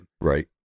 right